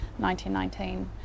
1919